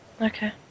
Okay